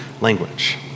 language